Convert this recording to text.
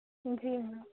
جی ہاں